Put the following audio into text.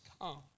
come